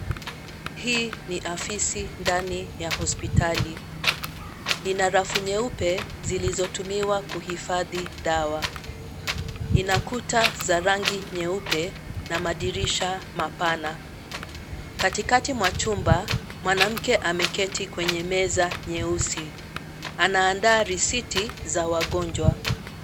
Hii ni afisi ndani ya hospitali. Ina rafu nyeupe zilizotumiwa kuhifadhi dawa. Ina kuta za rangi nyeupe na madirisha mapana. Katikati mwa chumba, mwanamke ameketi kwenye meza nyeusi. Anaandaa risiti za wagonjwa.